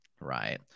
Right